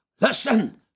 Listen